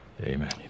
Amen